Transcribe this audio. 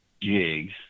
jigs